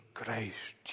Christ